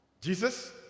Jesus